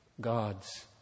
God's